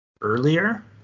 earlier